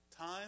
time